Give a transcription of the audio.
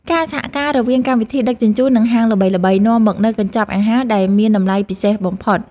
ការសហការរវាងកម្មវិធីដឹកជញ្ជូននិងហាងល្បីៗ នាំមកនូវកញ្ចប់អាហារដែលមានតម្លៃពិសេសបំផុត។